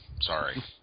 Sorry